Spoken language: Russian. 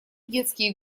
детские